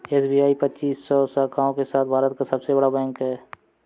SBI पच्चीस सौ शाखाओं के साथ भारत का सबसे बड़ा बैंक है